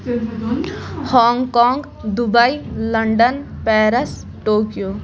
Hong Kong Dubai London Paris Tokyo